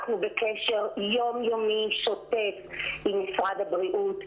אנחנו בקשר יומיומי שוטף עם משרד הבריאות,